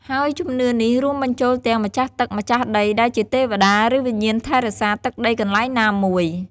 ហើយជំនឿនេះរួមបញ្ចូលទាំង ម្ចាស់ទឹក ម្ចាស់ដី ដែលជាទេវតា ឬ វិញ្ញាណថែរក្សាទឹកដីកន្លែងណាមួយ។